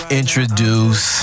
introduce